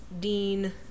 Dean